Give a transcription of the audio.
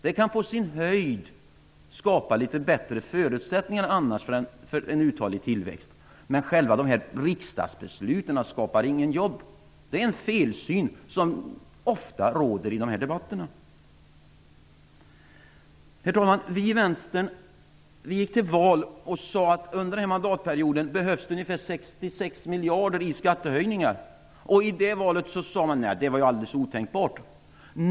Det kan på sin höjd skapa litet bättre förutsättningar för en uthållig tillväxt, men själva riksdagsbesluten skapar inga jobb. Det är en felsyn, som ofta råder i de här debatterna. Herr talman! Vi i Vänstern gick till val och sade att under den här mandatperioden behövs det ungefär 66 miljarder i skattehöjningar. Men det, sade man, var alldeles otänkbart.